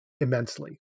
Immensely